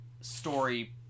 story